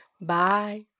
Bye